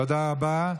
תודה רבה.